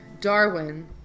Darwin